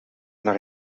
naar